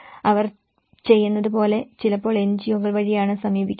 അവർ ചെയ്യുന്നത് പോലെ ചിലപ്പോൾ NGO കൾ വഴിയാണ് സമീപിക്കുന്നത്